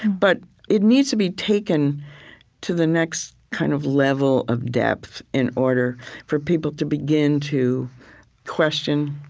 but it needs to be taken to the next kind of level of depth in order for people to begin to question,